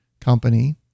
company